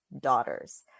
daughters